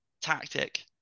tactic